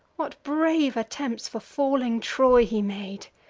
what brave attempts for falling troy he made!